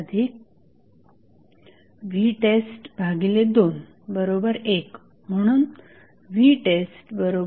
5 13vtest21 म्हणून vtest0